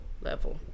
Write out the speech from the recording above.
level